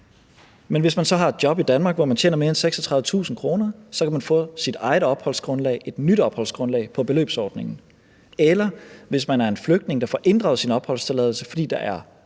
hvis man så har et job i Danmark, hvor man tjener mere end 36.000 kr., kan man få sit eget opholdsgrundlag, et nyt opholdsgrundlag, på beløbsordningen. Eller hvis man er en flygtning, der får inddraget sin opholdstilladelse, fordi der er